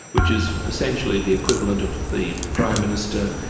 which is essentially the equivalent of the prime minister,